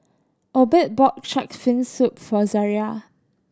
Obed bought Shark's Fin Soup for Zariah